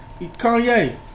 Kanye